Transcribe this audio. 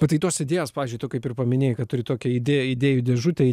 tos idėjos pavyzdžiui tu kaip ir paminėjai kad turi tokią idėją idėjų dėžutėj